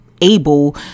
able